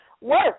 work